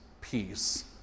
peace